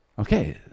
Okay